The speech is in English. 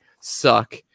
suck